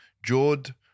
Jord